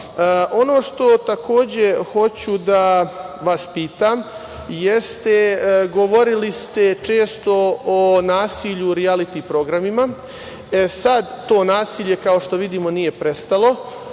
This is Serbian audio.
što takođe, hoću da vas pitam, jeste, govorili ste često o nasilju u rijaliti programima. To nasilje, kao što vidimo nije prestalo,